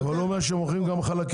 אבל הוא אומר שמוכרים גם חלקים?